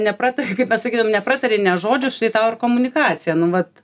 nepratarė kaip pasakyt nu nepratarė nė žodžio štai tau ir komunikacija nu vat